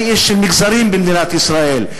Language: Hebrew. אני איש של מגזרים במדינת ישראל,